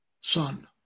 son